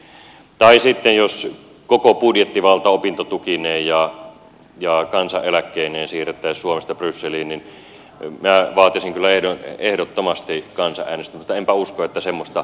tai sitten jos koko budjettivalta opintotukineen ja kansaneläkkeineen siirrettäisiin suomesta brysseliin niin minä vaatisin kyllä ehdottomasti kansanäänestystä mutta enpä usko että semmoista tehdään